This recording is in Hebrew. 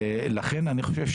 לכן,